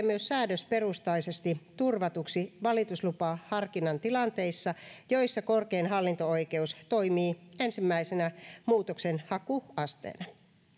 myös säädösperustaisesti turvatuksi valituslupaharkinnan tilanteissa joissa korkein hallinto oikeus toimii ensimmäisenä muutoksenhakuasteena